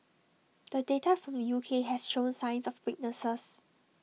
the data from the U K has shown signs of weaknesses